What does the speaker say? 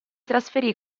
trasferì